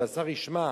שהשר ישמע,